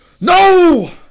no